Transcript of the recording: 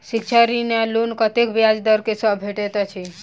शिक्षा ऋण वा लोन कतेक ब्याज केँ दर सँ भेटैत अछि?